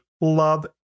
Love